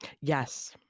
Yes